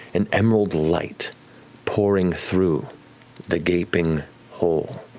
an emerald light pouring through the gaping hole.